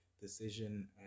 decision